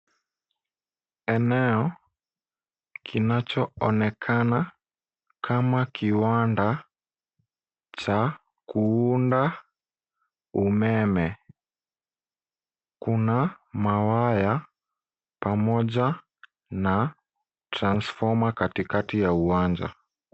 Eneo, kinachoonekana kama kiwanda cha kuunda umeme. Kuna mawaya, pamoja na transfoma katikati ya uwanja.